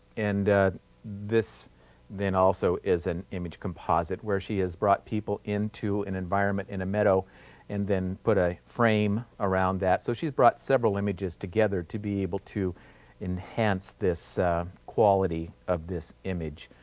and this then also is an image composite where she has brought people into an environment in a meadow and then put a frame around that, so she has brought several images together to be able to enhance the quality of this image.